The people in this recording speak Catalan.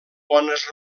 bones